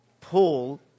Paul